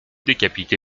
décapité